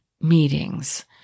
meetings